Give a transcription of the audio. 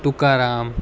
Tukaram